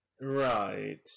Right